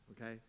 okay